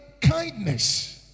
kindness